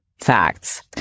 facts